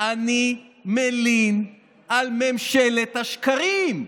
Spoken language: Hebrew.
אני מלין על ממשלת השקרים,